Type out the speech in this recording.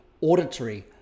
auditory